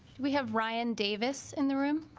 we have ryan davis in the room